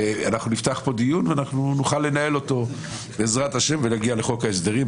אנחנו נפתח פה דיון ונוכל לנהל אותו בעזרת השם ונגיע לחוק ההסדרים,